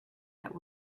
that